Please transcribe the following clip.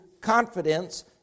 confidence